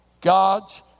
God's